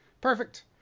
Perfect